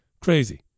Crazy